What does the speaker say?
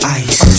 ice